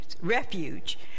refuge